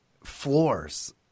Floors